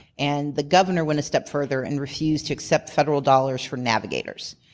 and the governor went a step further and refused to except federal dollars for navigators.